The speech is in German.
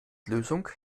lösung